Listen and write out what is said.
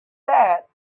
that